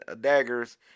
daggers